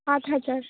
আট হাজার